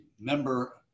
member